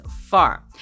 far